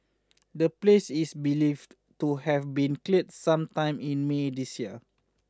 the place is believed to have been cleared some time in May this year